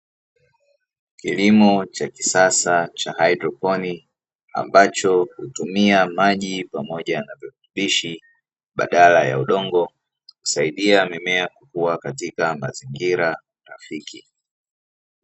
Kilimo cha kisasa cha haidroponi ambacho hutumia maji pamoja na virutubishi badala ya udongo, kusaidia mimea kukua katika mazingira rafiki.